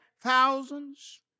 thousands